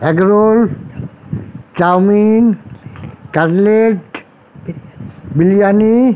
egg roll chowmein cutlet biryani